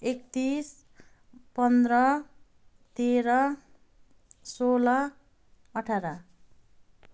एकतिस पन्ध्र तेह्र सोह्र अठार